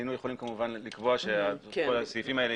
היינו יכולים כמובן לקבוע שהסעיפים האלה